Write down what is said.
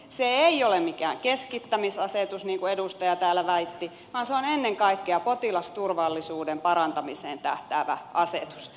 se ei ole mikään keskittämisasetus niin kuin edustaja täällä väitti vaan se on ennen kaikkea potilasturvallisuuden parantamiseen tähtäävä asetus